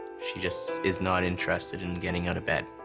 she just is not interested in getting out of bed.